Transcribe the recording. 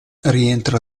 rientra